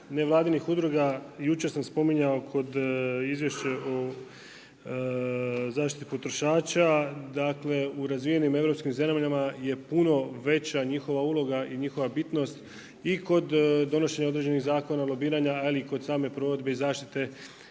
nevladinih udruga, jučer sam spominjao kod Izvješće o zaštiti potrošača, dakle u razvijenim europskim zemljama je puno veća njihova uloga i njihova bitnost i kod donošenja određenih zakona. lobiranja ali i kod same provedbe i zaštite